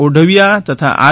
ઓઢવીયા તથા આર